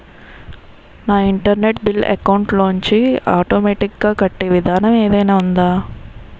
నా internet bill account లోంచి automatic గా కట్టే విధానం ఏదైనా ఉందా?